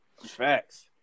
Facts